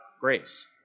grace